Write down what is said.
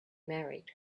married